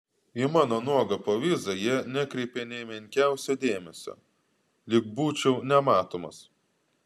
į mano nuogą povyzą jie nekreipė nė menkiausio dėmesio lyg būčiau nematomas